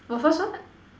waffles what